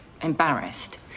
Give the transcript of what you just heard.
embarrassed